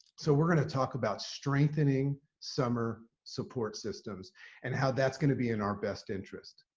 so we're going to talk about strengthening summer support systems and how that's going to be in our best interest.